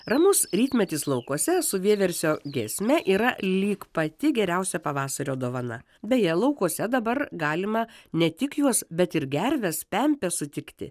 ramus rytmetis laukuose su vieversio giesme yra lyg pati geriausia pavasario dovana beje laukuose dabar galima ne tik juos bet ir gerves pempes sutikti